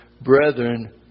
Brethren